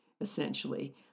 essentially